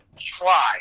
try